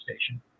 station